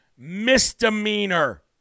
misdemeanor